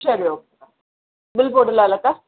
சரி okay bill போட்டுறலாம்லக்கா